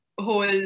whole